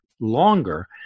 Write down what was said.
longer